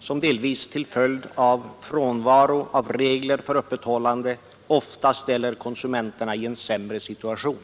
som delvis till följd av frånvaron av regler för öppethållande ofta ställer konsumenterna i en sämre situation.